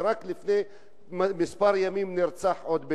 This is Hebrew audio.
ורק לפני כמה ימים נרצח עוד בן-אדם.